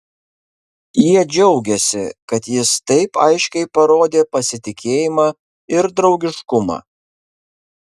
jie džiaugėsi kad jis taip aiškiai parodė pasitikėjimą ir draugiškumą